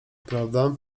prawda